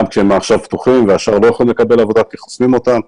כשהם עכשיו פתוחים והשאר לא יכולים לקבל עבודה כי חוסמים אותם.